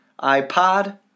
iPod